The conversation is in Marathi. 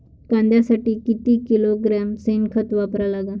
कांद्यासाठी किती किलोग्रॅम शेनखत वापरा लागन?